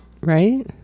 Right